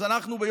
אז אנחנו,